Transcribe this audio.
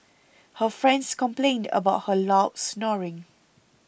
her friends complained about her loud snoring